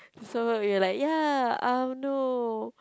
so we're like ya uh no